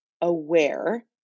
aware